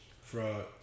Fraud